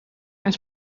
mijn